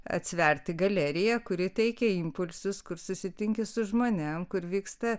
atsverti galerija kuri teikia impulsus kur susitinki su žmonėm kur vyksta